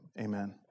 amen